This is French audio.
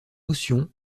motion